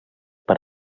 per